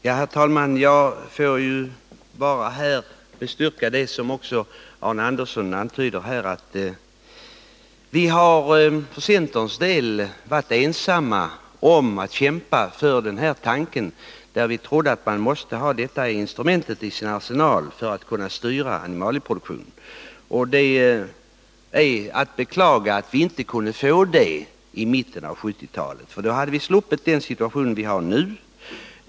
Herr talman! Får jag bara bestyrka det som Arne Andersson i Ljung antyder. Vi har för centerns del varit ensamma om att kämpa för denna tanke. Vi trodde att man måste ha detta instrument i sin arsenal för att kunna styra animalieproduktionen. Det är att beklaga att vi inte kunde få det i mitten av 1970-talet, för då hade vi sluppit den situation vi har nu.